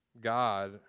god